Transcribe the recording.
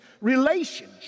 relationship